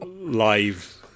live